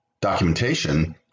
documentation